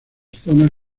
zonas